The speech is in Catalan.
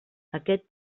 aquest